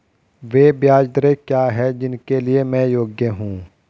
वे ब्याज दरें क्या हैं जिनके लिए मैं योग्य हूँ?